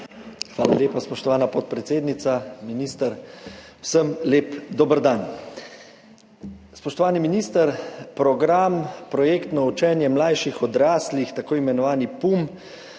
Hvala lepa, spoštovana podpredsednica, minister. Vsem lep dober dan! Spoštovani minister! Program Projektno učenje mlajših odraslih, tako imenovani PUM,